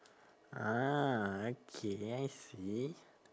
ah okay I see